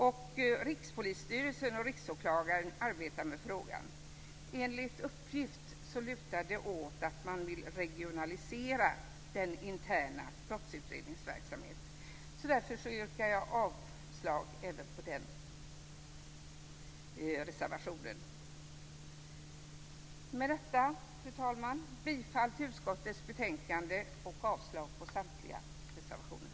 Och Rikspolisstyrelsen och Riksåklagaren arbetar med frågan. Enligt uppgift lutar det åt att man vill regionalisera den interna brottsutredningsverksamheten. Därför yrkar jag avslag även på den reservationen. Fru talman! Med det anförda yrkar jag bifall till utskottets hemställan i betänkandet och avslag på samtliga reservationer.